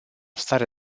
stare